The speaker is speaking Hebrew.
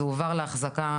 זה הועבר לאחזקה,